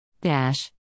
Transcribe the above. Dash